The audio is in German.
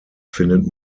findet